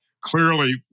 clearly